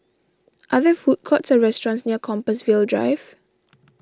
are there food courts or restaurants near Compassvale Drive